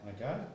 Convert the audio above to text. okay